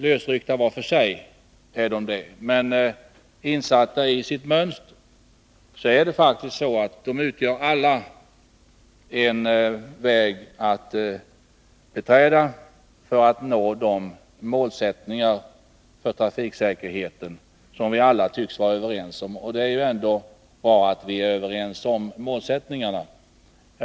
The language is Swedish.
Lösryckta var för sig är de det, men insatta i ett mönster utgör de tillsammans en väg att beträda för att nå de målsättningar för trafiksäkerheten som vi alla tycks vara överens om. Det är ändå bra att vi är överens om målsättningarna.